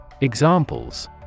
Examples